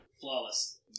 Flawless